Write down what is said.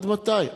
עד מתי?